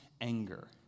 anger